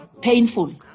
painful